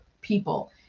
people